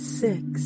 six